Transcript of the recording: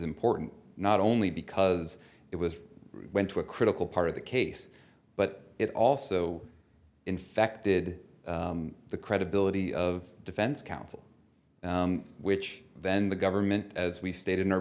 important not only because it was went to a critical part of the case but it also infected the credibility of defense counsel which then the government as we stated in our